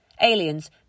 Aliens